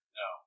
no